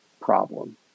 problem